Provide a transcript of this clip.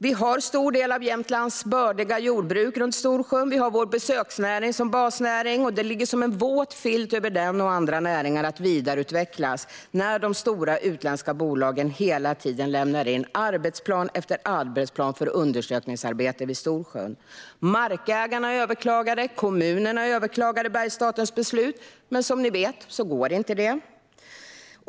Vi har en stor del av Jämtlands bördiga jordbruk runt Storsjön. Vi har vår besöksnäring som basnäring, och det har legat som en våt filt över dess och andra näringars vidareutveckling när de stora utländska bolagen hela tiden lämnade in arbetsplan efter arbetsplan för undersökningsarbete vid Storsjön. Markägarna och kommunerna överklagade Bergsstatens beslut, men som ni vet går inte det.